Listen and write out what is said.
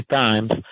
times